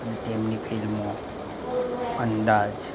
અને તેમની ફિલ્મો અંદાજ